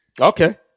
Okay